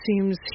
seems